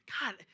God